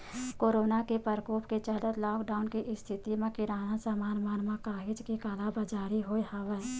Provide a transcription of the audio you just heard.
corona के परकोप के चलत लॉकडाउन के इस्थिति म किराना समान मन म काहेच के कालाबजारी होय हवय